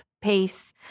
pace